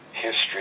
history